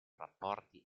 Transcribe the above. rapporti